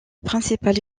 principale